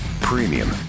Premium